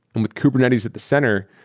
and with kubernetes at the center,